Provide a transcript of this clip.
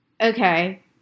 okay